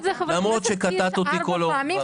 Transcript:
למרות שקטעתי אותי לכל אורך דבריי.